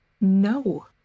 No